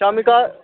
कल्ल घर